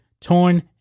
torn